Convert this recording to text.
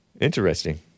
Interesting